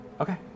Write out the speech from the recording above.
Okay